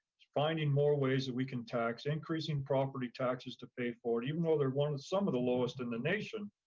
finding more ways that we can tax, increasing property taxes to pay for it, even though they're the some of the lowest in the nation.